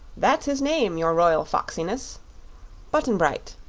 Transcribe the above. that's his name, your royal foxiness button-bright.